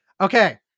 Okay